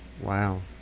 wow